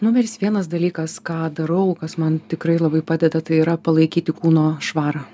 numeris vienas dalykas ką darau kas man tikrai labai padeda tai yra palaikyti kūno švarą